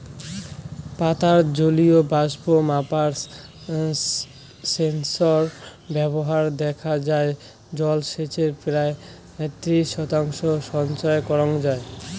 পাতার জলীয় বাষ্প মাপার সেন্সর ব্যবহারে দেখা যাই জলসেচের প্রায় ত্রিশ শতাংশ সাশ্রয় করাং যাই